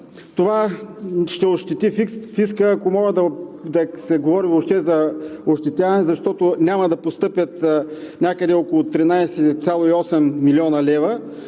Това ще ощети фиска, ако може да се говори въобще за ощетяване, защото няма да постъпят някъде около 13,8 млн. лв.,